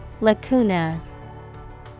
Lacuna